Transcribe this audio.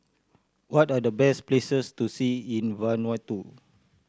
what are the best places to see in Vanuatu